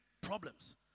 problems